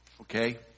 Okay